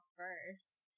first